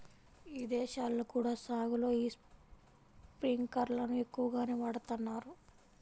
ఇదేశాల్లో కూడా సాగులో యీ స్పింకర్లను ఎక్కువగానే వాడతన్నారు